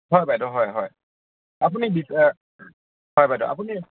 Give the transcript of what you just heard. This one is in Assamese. হয় বাইদ' হয় হয় আপুনি বি হয় বাইদ' আপুনি